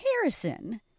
Harrison